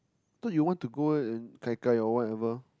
thought you want to go and gai gai or whatever